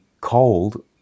cold